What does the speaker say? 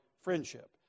friendship